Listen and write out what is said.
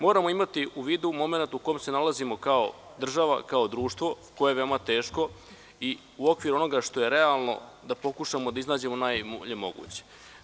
Moramo imati u vidu momenat u kome se nalazimo kao država, kao društvo, koje je veoma teško, i u okviru onoga što je realno, da pokušamo da iznađemo najbolje moguće.